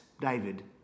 david